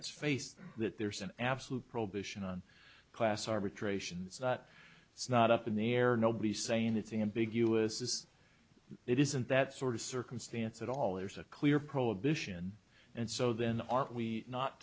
its face that there's an absolute prohibition on class arbitrations that it's not up in the air nobody saying it's ambiguous is it isn't that sort of circumstance at all there's a clear prohibition and so then are we not